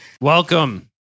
Welcome